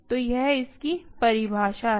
तो यह इसकी परिभाषा है